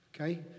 Okay